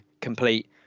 complete